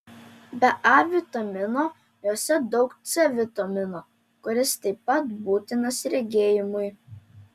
be a vitamino juose daug c vitamino kuris taip pat būtinas regėjimui